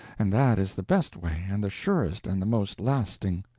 and that is the best way and the surest and the most lasting.